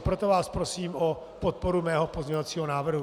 Proto vás prosím o podporu mého pozměňovací návrhu.